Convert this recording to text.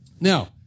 now